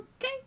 Okay